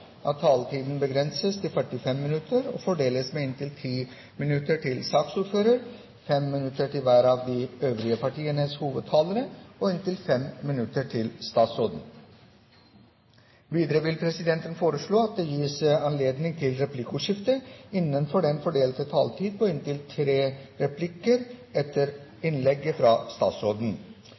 av sak nr. 9 er dermed avsluttet. Etter ønske fra transport- og kommunikasjonskomiteen vil presidenten foreslå at taletiden begrenses til 40 minutter og fordeles med inntil 5 minutter til hvert parti og inntil 5 minutter til statsråden. Videre vil presidenten foreslå at det gis anledning til replikkordskifte på inntil fem replikker med svar etter innlegget fra statsråden innenfor den fordelte taletid.